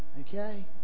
Okay